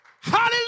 hallelujah